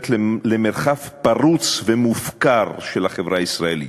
למרחב פרוץ ומופקר של החברה הישראלית.